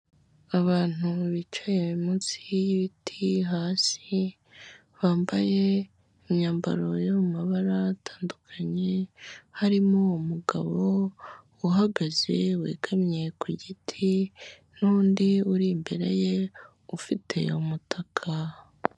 Abantu bicaye munsi y'ibiti hasi, bambaye imyambaro yo mu mabara atandukanye, harimo umugabo uhagaze wegamye ku giti n'undi uri imbere ye ufite umutaka.